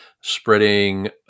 spreading